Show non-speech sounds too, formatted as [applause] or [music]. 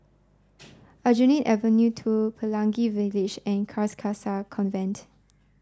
[noise] Aljunied Avenue two Pelangi Village and Carcasa Convent